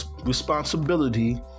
responsibility